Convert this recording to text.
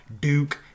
Duke